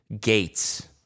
gates